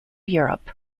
europe